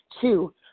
Two